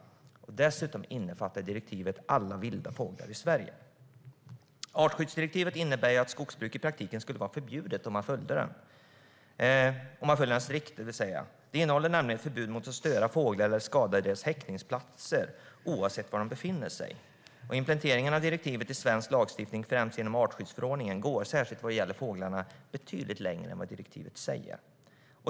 Dessutom innefattar direktivet alla vilda fåglar i Sverige. Artskyddsförordningen innebär att skogsbruk i praktiken skulle vara förbjudet, om man följde den strikt. Det innehåller nämligen förbud mot att störa fåglar eller skada deras häckningsplatser oavsett var de befinner sig. Implementeringen av direktivet i svensk lagstiftning främst genom artskyddsförordningen går - särskilt vad gäller fåglarna - betydligt längre än vad direktivet säger.